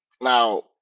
Now